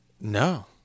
No